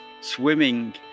swimming